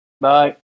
Bye